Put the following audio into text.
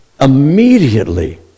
Immediately